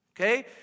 Okay